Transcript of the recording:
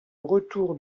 retour